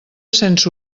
sense